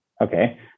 Okay